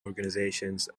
organisations